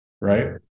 right